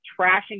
trashing